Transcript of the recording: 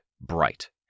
bright